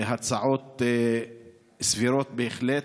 הצעות סבירות בהחלט.